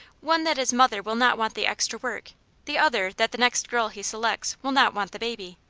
one that his mother will not want the extra work the other that the next girl he selects will not want the baby.